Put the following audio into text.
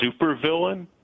supervillain